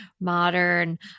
modern